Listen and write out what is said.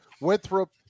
Winthrop